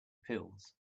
pills